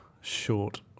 short